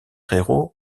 héros